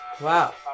Wow